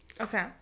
Okay